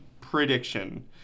prediction